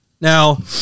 now